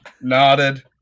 nodded